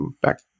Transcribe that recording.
back